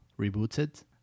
rebooted